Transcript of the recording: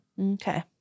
Okay